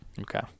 Okay